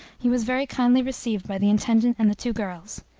he was very kindly received by the intendant and the two girls.